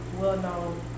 well-known